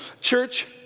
Church